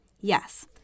Yes